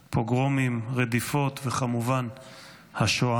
פוגרומים, רדיפות, וכמובן השואה.